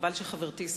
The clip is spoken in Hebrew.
חבל שחברתי,